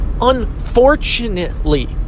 unfortunately